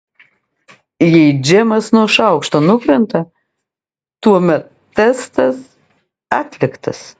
jei džemas nuo šaukšto nukrenta tuomet testas atliktas